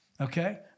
Okay